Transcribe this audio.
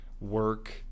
work